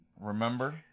Remember